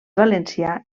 valencià